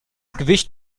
gewicht